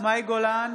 מאי גולן,